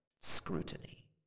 scrutiny